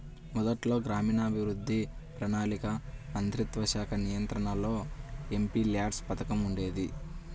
మొదట్లో గ్రామీణాభివృద్ధి, ప్రణాళికా మంత్రిత్వశాఖ నియంత్రణలో ఎంపీల్యాడ్స్ పథకం ఉండేది